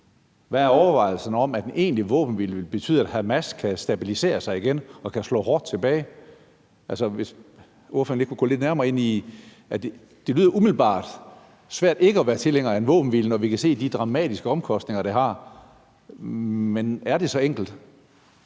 Hvad er overvejelserne om, at en egentlig våbenhvile ville betyde, at Hamas kan stabilisere sig igen og slå hårdt tilbage? Altså, vil ordføreren lige gå lidt nærmere ind i det? Det lyder umiddelbart svært ikke at være tilhænger af en våbenhvile, når vi kan se de dramatiske omkostninger, det har, men er det så enkelt?